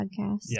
podcast